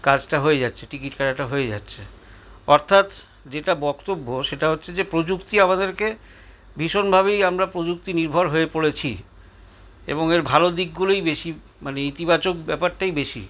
কাজটা হয়ে যাচ্ছে টিকিট কাটাটা হয়ে যাচ্ছে অর্থাৎ যেটা বক্তব্য সেটা হচ্ছে যে প্রযুক্তি আমাদেরকে ভীষণভাবেই আমরা প্রযুক্তিনির্ভর হয়ে পড়েছি এবং এর ভালো দিকগুলোই বেশি মানে ইতিবাচক ব্যাপারটাই বেশি